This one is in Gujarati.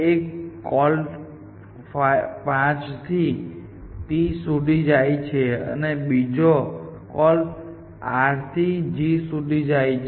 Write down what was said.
એક કોલ ૫ થી r સુધી જાય છે અને બીજો કોલ r થી g સુધી જાય છે